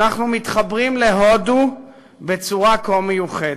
אנחנו מתחברים להודו בצורה כה מיוחדת.